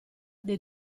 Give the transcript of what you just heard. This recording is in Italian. dei